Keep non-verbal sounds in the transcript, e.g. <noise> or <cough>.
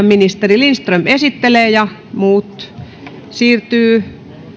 <unintelligible> ministeri lindström esittelee ja muut siirtyvät